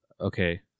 Okay